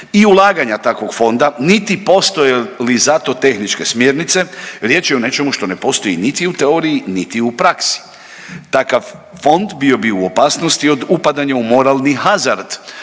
i ulaganja takvog fonda niti postoje li za to tehničke smjernice. Riječ je o nečemu što ne postoji niti u teoriji niti u praksi. Takav fond bio bi u opasnosti od upadanja u moralni hazard